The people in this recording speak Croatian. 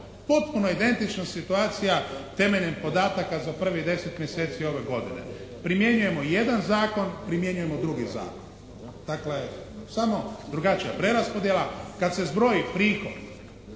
potpuno identično situacija temeljem podataka za prvih deset mjeseci ove godine. Primjenjujemo jedan zakon, primjenjujemo drugi zakon. Dakle, samo drugačija preraspodjela. Kad se zbroji prihod